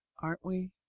aren't we?